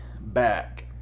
back